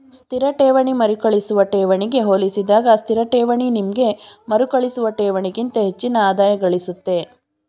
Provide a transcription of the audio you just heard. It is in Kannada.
ಸ್ಥಿರ ಠೇವಣಿ ಮರುಕಳಿಸುವ ಠೇವಣಿಗೆ ಹೋಲಿಸಿದಾಗ ಸ್ಥಿರಠೇವಣಿ ನಿಮ್ಗೆ ಮರುಕಳಿಸುವ ಠೇವಣಿಗಿಂತ ಹೆಚ್ಚಿನ ಆದಾಯಗಳಿಸುತ್ತೆ